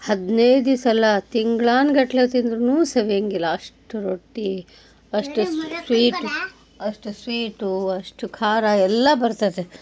ಹದ್ನೈದು ದಿವಸ ಅಲ್ಲ ತಿಂಗ್ಳಾನುಗಟ್ಲೆ ತಿಂದರೂ ಸವಿಯೋಂಗಿಲ್ಲ ಅಷ್ಟು ರೊಟ್ಟಿ ಅಷ್ಟು ಸ್ವೀಟು ಅಷ್ಟು ಸ್ವೀಟು ಅಷ್ಟು ಖಾರ ಎಲ್ಲ ಬರ್ತೈತೆ